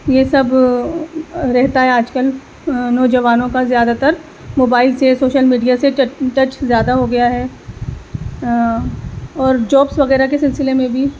یہ سب رہتا ہے آج کل نوجوانوں کا زیادہ تر موبائل سے سوشل میڈیا سے ٹچ ٹچ زیادہ ہوگیا ہے اور جوبس وغیرہ کے سلسلے میں بھی